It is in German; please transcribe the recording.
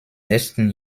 nächsten